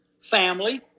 family